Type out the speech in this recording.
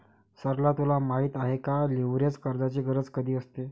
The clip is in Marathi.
सरला तुला माहित आहे का, लीव्हरेज कर्जाची गरज कधी असते?